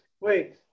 wait